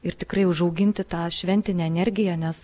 ir tikrai užauginti tą šventinę energiją nes